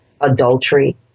adultery